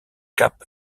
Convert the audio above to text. cap